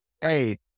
Hey